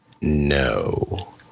no